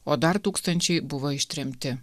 o dar tūkstančiai buvo ištremti